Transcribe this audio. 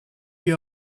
you